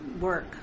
work